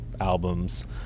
albums